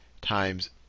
times